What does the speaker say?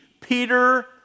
Peter